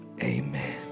amen